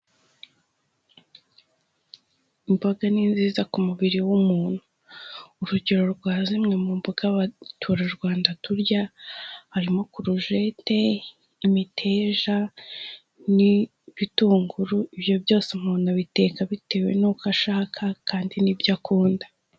Imboga ni nziza ku mubiri w'umuntu. Urugero rwa zimwe mu mboga abaturarwanda turya, harimo kurujete, imiteja, n'ibitunguru, ibyo byose umuntu abiteka bitewe n'uko ashaka, kandi nibyo akunda.